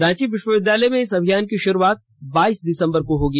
रांची विश्वविद्यालय में इस अभियान की शुरूआत बाइस दिसंबर को होगी